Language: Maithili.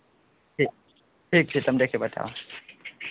ठीक ठीक छै तऽ हम देखि कऽ बतायब